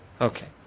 Okay